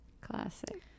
classic